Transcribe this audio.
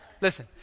Listen